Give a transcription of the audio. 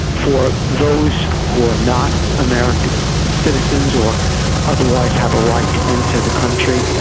for those who are not american citizens or otherwise have a right to enter the country,